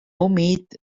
humit